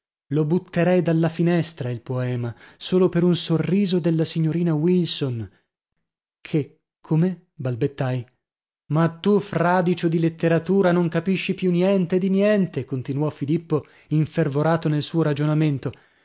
lo butterei dalla finestra il poema solo per un sorriso della signorina wilson che come balbettai ma tu fradicio di letteratura non capisci più niente di niente continuò filippo infervorato nel suo ragionamento